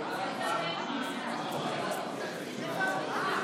שאנחנו נשוב ב-18:55,